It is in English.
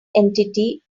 entity